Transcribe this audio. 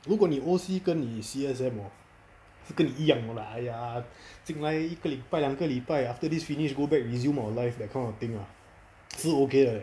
如果你 O_C 跟你 C_S_M hor 是跟你一样的 !aiya! 进来一个礼拜两个礼拜 after this finish go back resume our life that kind of thing ah 是 okay 的